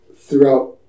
throughout